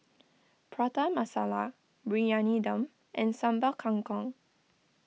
Prata Masala Briyani Dum and Sambal Kangkong